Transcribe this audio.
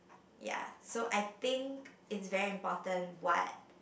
ya so I think it's very important what